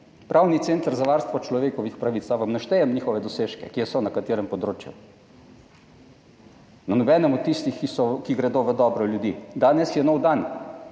Pravni center za varstvo človekovih pravic. Ali vam naštejem njihove dosežke, kje so, na katerem področju? Na nobenem od tistih, ki gredo v dobro ljudi. Danes je nov dan